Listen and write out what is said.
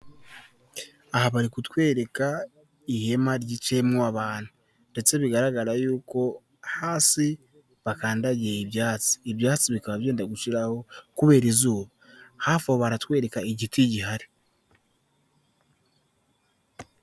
Aha bari kutwereka ihema ryicayemo abantu ndetse bigaragara yuko hasi bakandagiye ibyatsi, ibyatsi bikaba byenda gushiraho kubera izuba, hafi aho baratwereka igiti gihari.